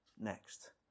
next